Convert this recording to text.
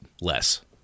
less